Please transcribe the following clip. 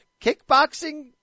kickboxing